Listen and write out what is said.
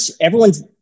everyone's